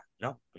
no